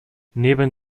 neben